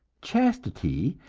chastity,